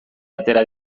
atera